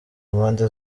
mpande